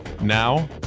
Now